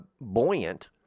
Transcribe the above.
buoyant